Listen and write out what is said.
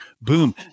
Boom